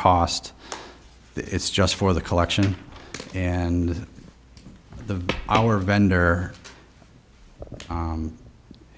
cost it's just for the collection and the our vendor